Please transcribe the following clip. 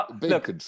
look